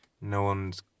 no-one's